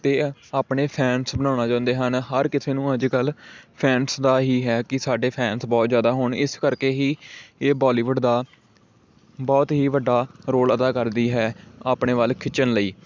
ਅਤੇ ਆਪਣੇ ਫੈਨਸ ਬਣਾਉਣਾ ਚਾਹੁੰਦੇ ਹਨ ਹਰ ਕਿਸੇ ਨੂੰ ਅੱਜ ਕੱਲ੍ਹ ਫੈਨਸ ਦਾ ਹੀ ਹੈ ਕਿ ਸਾਡੇ ਫੈਨਸ ਬਹੁਤ ਜ਼ਿਆਦਾ ਹੋਣ ਇਸ ਕਰਕੇ ਹੀ ਇਹ ਬੋਲੀਵੁੱਡ ਦਾ ਬਹੁਤ ਹੀ ਵੱਡਾ ਰੋਲ ਅਦਾ ਕਰਦੀ ਹੈ ਆਪਣੇ ਵੱਲ ਖਿੱਚਣ ਲਈ